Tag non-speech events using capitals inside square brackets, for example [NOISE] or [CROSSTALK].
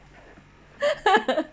[LAUGHS]